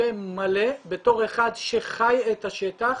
בפה מלא, בתור אחד שחי את השטח